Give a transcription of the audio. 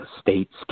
states